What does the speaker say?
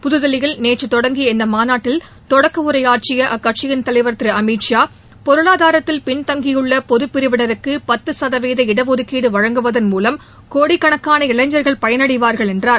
புதுதில்லியில் நேற்று தொடங்கிய இந்த மாநாட்டில் தொடக்க உரையாற்றிய அக்கட்சியின் தலைவர் திரு அமித் ஷா பொருளாதாரத்தில் பின்தங்கியுள்ள பொது பிரிவினருக்கு பத்து சதவீத இடஒதுக்கீடு வழங்குவதன் மூலம் கோடிக்கணக்கான இளைஞர்கள் பயனடைவார்கள் என்றார்